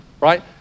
Right